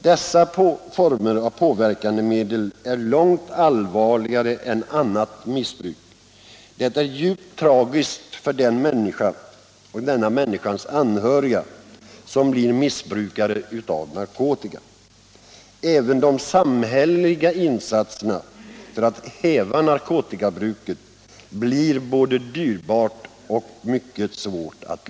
Missbruk av dessa påverkandemedel är långt allvarligare än annat missbruk. Det är djupt tragiskt för den människa det drabbar och den människans anhöriga. De samhälleliga insatserna för att häva narkotikamissbruket erbjuder stora problem och blir mycket dyrbara.